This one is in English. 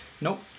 Nope